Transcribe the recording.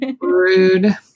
Rude